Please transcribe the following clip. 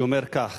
שאומר כך,